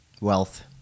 wealth